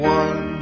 one